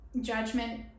judgment